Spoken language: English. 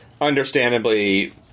Understandably